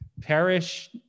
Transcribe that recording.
Perish